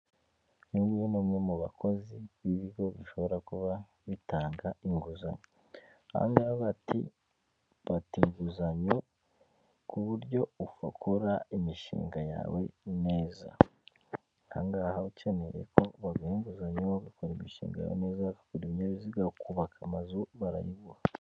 Uyu nguyu ni umwe mu bakozi b'ibigo bishobora kuba bitanga inguzanyo aha ngaha bati fata inguzanyo ku buryo ukora imishinga yawe neza, aha ngaha ukeneye ko baguha inguzanyo bakora imishinga yawe neza ukagura ibinyabiziga ukubaka amazu barayiguha.